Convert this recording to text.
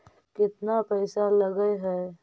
केतना पैसा लगय है?